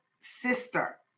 sister